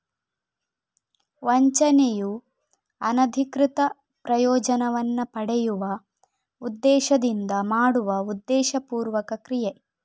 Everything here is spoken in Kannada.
ವಂಚನೆಯು ಅನಧಿಕೃತ ಪ್ರಯೋಜನವನ್ನ ಪಡೆಯುವ ಉದ್ದೇಶದಿಂದ ಮಾಡುವ ಉದ್ದೇಶಪೂರ್ವಕ ಕ್ರಿಯೆ